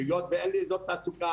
היות ואין לי אזור תעסוקה,